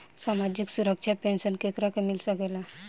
सामाजिक सुरक्षा पेंसन केकरा के मिल सकेला?